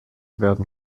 werden